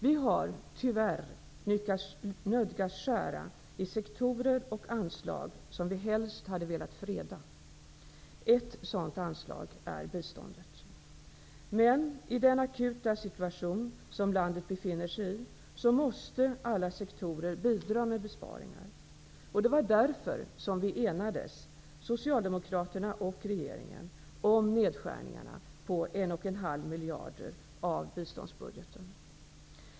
Vi har tyvärr nödgats skära i sektorer och anslag som vi helst hade velat freda. Ett sådant anslag är biståndet. Men i den akuta situation som landet befinner sig i, måste alla sektorer bidra med besparingar. Därför enades Socialdemokraterna och regeringen om nedskärningar på 1,5 miljarder kronor av biståndsbudgeten.